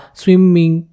swimming